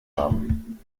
haben